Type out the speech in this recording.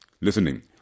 Listening